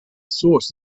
source